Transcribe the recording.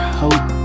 hope